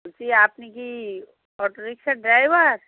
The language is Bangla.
বলছি আপনি কি অটো রিকশার ড্রাইভার